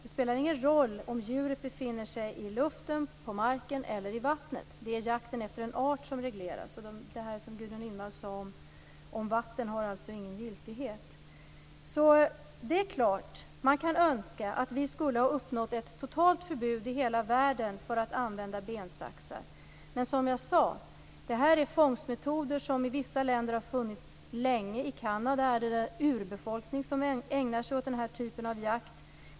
Det spelar ingen roll om djuret befinner sig i luften, på marken eller i vattnet. Det som Gudrun Lindvall sade om vatten har alltså ingen giltighet. Man kan självklart önska att vi skulle ha uppnått ett totalt förbud i hela världen mot användning av bensaxar. Men som jag sade har dessa fångstmetoder förekommit länge i vissa länder. I Kanada är det urbefolkningen som ägnar sig åt den här typen av jakt.